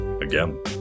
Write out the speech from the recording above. again